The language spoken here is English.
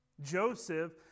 Joseph